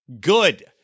Good